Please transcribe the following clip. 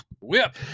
whip